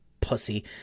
pussy